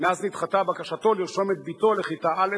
מאז נדחתה בקשתו לרשום את בתו לכיתה א'